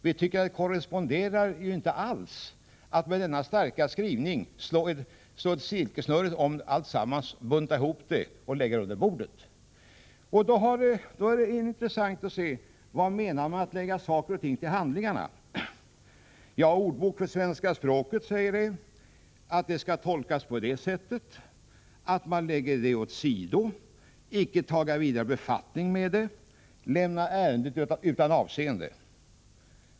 Den korresponderar inte alls med att man efter denna skarpa skrivning slår ett silkesnöre om alltsammans, buntar ihop det och lägger det under bordet. Det är intressant att se vad som menas med att lägga saker och ting ”till handlingarna”. I Ordbok för svenska språket sägs att uttrycket skall tolkas så att man lägger något åt sido, icke tar vidare befattning med det eller lämnar ärendet utan avseende.